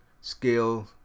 scale